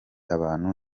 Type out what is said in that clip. abantu